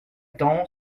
temps